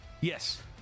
Yes